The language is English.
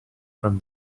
from